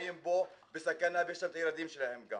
שחיות פה בסכנה ויש את הילדים שלהם גם.